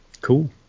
Cool